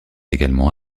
également